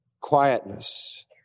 quietness